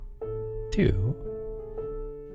two